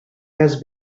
has